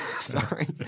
Sorry